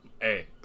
Hey